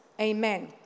Amen